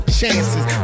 chances